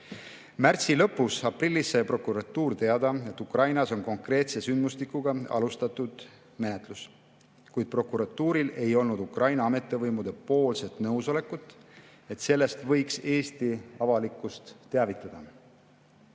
Märtsi lõpus ja aprillis sai prokuratuur teada, et Ukrainas on seoses konkreetse sündmustikuga alustatud menetlust, kuid prokuratuuril ei olnud Ukraina ametivõimude nõusolekut, et sellest võiks Eesti avalikkust teavitada.